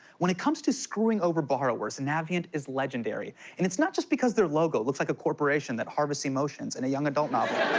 when it comes to screwing over borrowers, and navient is legendary, and it's not just because their logo looks like a corporation that harvests emotions in and a young adult novel.